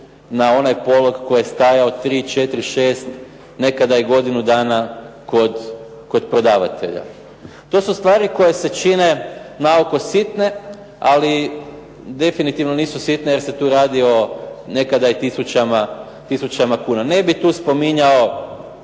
na onaj polog koji je stajao tri, četiri, šest, nekada i godinu dana kod prodavatelja. To su stvari koje se čine na oko sitne, ali definitivno nisu sitne jer se tu radi o nekada i tisućama kuna. Ne bih tu spominjao